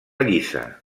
lliça